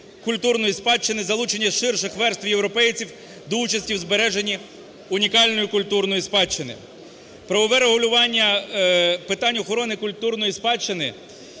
культурної спадщини,